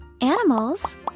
Animals